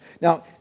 Now